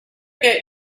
get